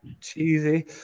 cheesy